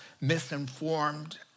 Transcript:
misinformed